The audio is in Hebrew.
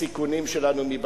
הסיכונים שלנו הם מבחוץ.